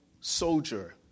soldier